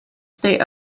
state